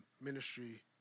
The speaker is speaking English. Ministry